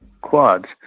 quads